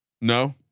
No